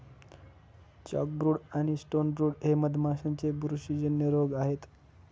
chalkbrood आणि stonebrood हे मधमाशांचे बुरशीजन्य रोग आहेत